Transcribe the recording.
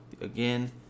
again